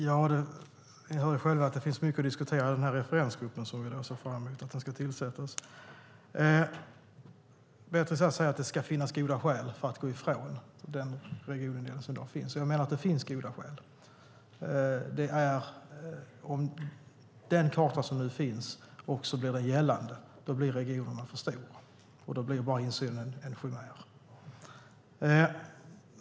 Fru talman! Ja, det finns, som vi hör, mycket att diskutera i den referensgrupp som vi ser fram emot ska tillsättas. Beatrice Ask säger att det ska finnas goda skäl för att gå ifrån den regionindelning som i dag finns. Jag menar att det finns goda skäl. Om den karta som nu finns blir den gällande blir regionerna för stora, och då blir insynen bara en chimär.